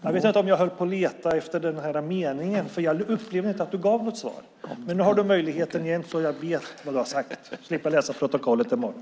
Jag vet inte om det var för att jag letade efter den där meningen i betänkandet, för jag upplevde inte att du gav något svar. Men nu har du möjligheten igen, så att jag vet vad du har sagt och slipper läsa protokollet i morgon.